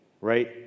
right